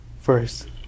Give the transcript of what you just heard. first